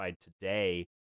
today